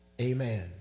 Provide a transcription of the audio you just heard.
Amen